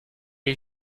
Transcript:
est